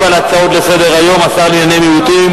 ישיב על ההצעות לסדר-היום השר לענייני מיעוטים,